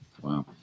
Wow